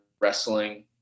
wrestling